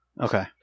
Okay